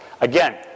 Again